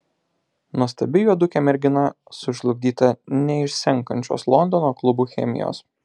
nuostabi juodukė mergina sužlugdyta neišsenkančios londono klubų chemijos